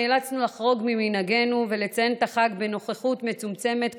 נאלצנו לחרוג ממנהגנו ולציין את החג בנוכחות מצומצמת,